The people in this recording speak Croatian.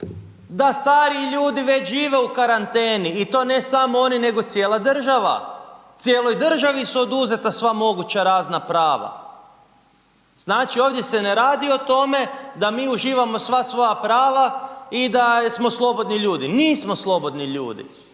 da stariji ljudi već žive u karanteni i to ne samo oni nego cijela država. Cijeloj državi su oduzeta sva moguća razna prava. Znači ovdje se ne radi o tome da mi uživamo sva svoja prava i da smo slobodni ljudi. Nismo slobodni ljudi,